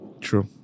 True